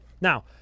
Now